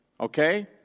Okay